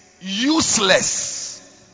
useless